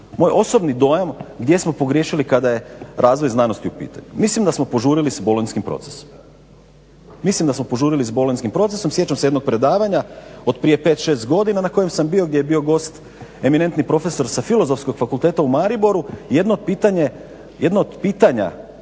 moj osobni dojam gdje smo pogriješili kada je razvoj znanosti u pitanju, mislim da smo požurili s bolonjskim procesom. Mislim da smo požurili s bolonjskim procesom, sjećam se jednog predavanja od prije 5, 6 godina na kojem sam bio gdje je bio gost eminentni profesor sa Filozofskog fakulteta u Mariboru, jedno od pitanja